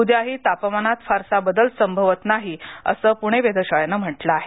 उद्याही तापमानात फारसा बदल संभवत नाही असं पुणे वेधशाळेनं म्हटलं आहे